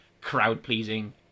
crowd-pleasing